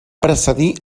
precedir